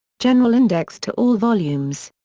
general index to all volumes.